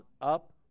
up